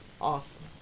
Awesome